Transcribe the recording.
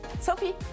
Sophie